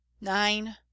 nine